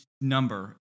number